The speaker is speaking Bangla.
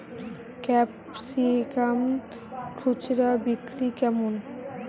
ক্যাপসিকাম খুচরা বিক্রি কেমন?